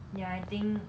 ya I think